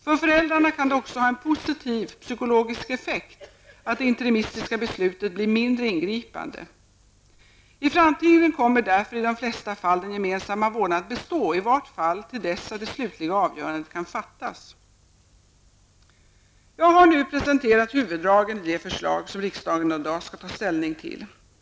För föräldrarna kan det också ha en positiv psykologisk effekt att det interimistiska beslutet blir mindre ingripande. I framtiden kommer därför i det flesta fall den gemensamma vårdnaden att bestå, i vart fall till dess att det slutliga avgörandet kan fattas. Jag har nu presenterat huvuddragen i de förslag som riksdagen i dag skall ta ställning till.